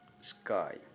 Sky